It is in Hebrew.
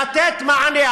לתת מענה.